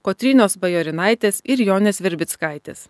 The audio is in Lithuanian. kotrynos bajorinaitės ir jonės virbickaitės